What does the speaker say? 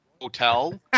hotel